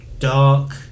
dark